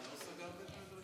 מה, לא סגרתם את הרשימה?